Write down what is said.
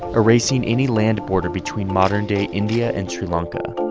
erasing any land border between modern-day india and sri lanka.